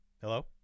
Hello